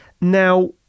Now